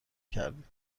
کردیم